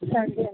ਹਾਂਜੀ ਹਾਂਜੀ